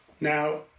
Now